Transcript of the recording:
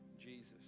Jesus